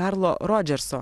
karlo rodžerso